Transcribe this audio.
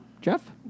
Jeff